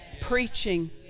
preaching